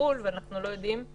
ואנחנו עדיין לא יודעים.